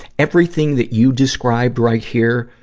everything that you described right here